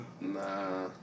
Nah